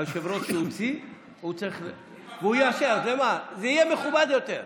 היושב-ראש שהוציא הוא יאשר, זה יהיה מכובד יותר.